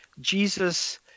Jesus